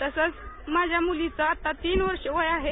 तसंचं माझ्या मूलीचं आत तीनवर्ष वय आहे